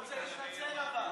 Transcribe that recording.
הוא רוצה להתנצל, אבל.